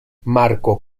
marco